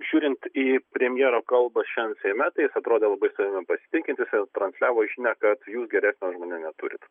žiūrint į premjero kalbą šian seime tai jis atrodė labai savimi pasitikintis transliavo žinią kad jūs geresnio už mane neturit